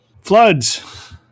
Floods